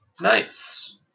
Nice